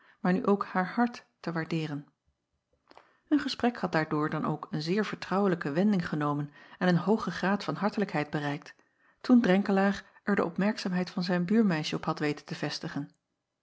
maar nu ook haar hart te waardeeren un gesprek had daardoor dan ook een zeer vertrouwelijke wending genomen en een hoogen graad van hartelijkheid bereikt toen renkelaer er de opmerkzaamheid van zijn buurmeisje op had weten te vestigen